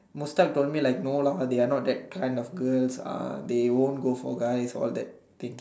Mustad told me like no lah they are not that kind of girls uh they won't for guys all that thing